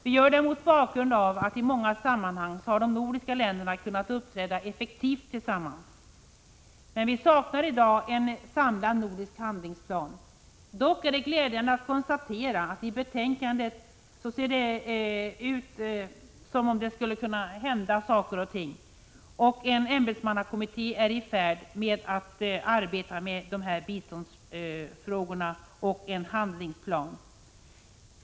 Vi gör det mot bakgrund av att de nordiska länderna i många sammanhang har kunnat uppträda effektivt tillsammans. Men vi saknar i dag en samlad nordisk handlingsplan. Det är dock glädjande att kunna konstatera att det av skrivningen i utskottsbetänkandet att döma ser ut som om det skulle kunna börja hända saker och ting. En ämbetsmannakommitté arbetar med biståndsfrågor och en handlingsplan.